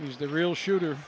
he's the real shooter